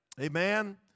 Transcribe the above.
Amen